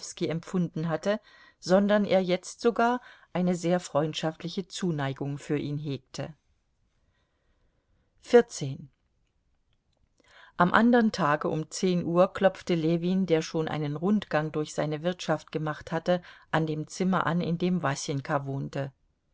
empfunden hatte sondern er jetzt sogar eine sehr freundschaftliche zuneigung für ihn hegte am andern tage um zehn uhr klopfte ljewin der schon einen rundgang durch seine wirtschaft gemacht hatte an dem zimmer an in dem wasenka wohnte